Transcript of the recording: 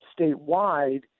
statewide